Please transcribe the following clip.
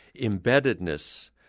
embeddedness